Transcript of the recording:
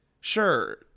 sure